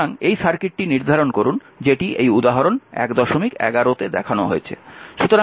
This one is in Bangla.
সুতরাং এই সার্কিটটি নির্ধারণ করুন যেটি এই উদাহরণ 111 তে দেখানো হয়েছে